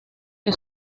que